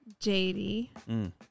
JD